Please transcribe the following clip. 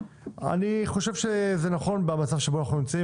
אני חושב שזה נכון במצב שבו אנחנו נמצאים